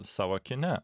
savo kine